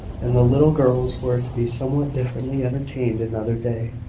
and the little girls were to be somewhat differently entertained another day.